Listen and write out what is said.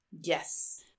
Yes